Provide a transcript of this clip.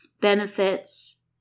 benefits